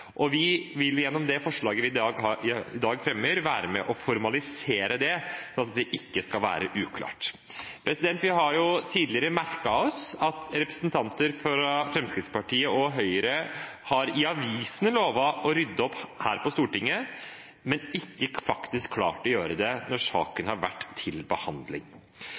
år. Vi vil gjennom det forslaget vi i dag fremmer, være med på å formalisere dette for at det ikke skal være uklart. Vi har tidligere merket oss at representanter fra Fremskrittspartiet og Høyre i avisene har lovet å rydde opp her på Stortinget, men ikke klart å gjøre det når saken har vært til behandling.